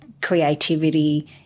creativity